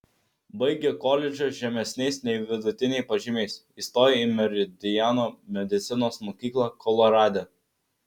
baigė koledžą žemesniais nei vidutiniai pažymiais įstojo į meridiano medicinos mokyklą kolorade